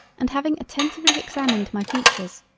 and having attentively examined my features,